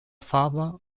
father